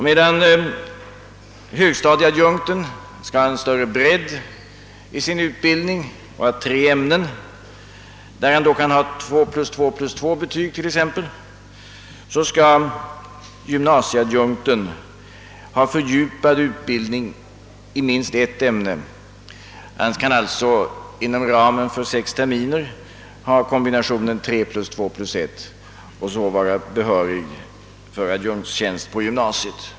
Medan högstadieadjunkten skall ha större bredd i sin utbildning och ha tre ämnen, där han då t.ex. kan ha 2+2+2 betyg, så skall gymnasieadjunkten ha fördjupad utbildning i minst ett ämne. Han kan alltså inom ramen för sex terminer ha kombinationen 3 +2+1 betyg och därmed vara behörig för adjunktstjänst på gymnasiet.